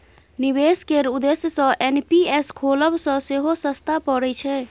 निबेश केर उद्देश्य सँ एन.पी.एस खोलब सँ सेहो सस्ता परय छै